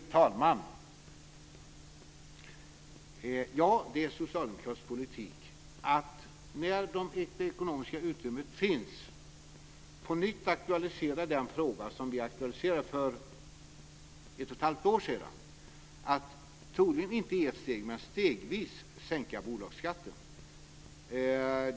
Fru talman! Ja, det är socialdemokratisk politik att när det ekonomiska utrymmet finns på nytt aktualisera den fråga som blev aktualiserad för ett och ett halvt år sedan, dvs. att troligen inte i ett steg men i stället stegvis sänka bolagsskatten.